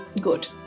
Good